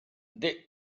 they